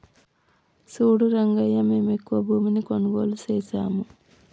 సూడు రంగయ్యా మేము ఎక్కువ భూమిని కొనుగోలు సేసాము